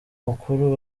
mukuru